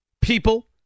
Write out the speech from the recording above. people